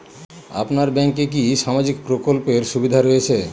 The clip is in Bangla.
আপনার ব্যাংকে কি সামাজিক প্রকল্পের সুবিধা রয়েছে?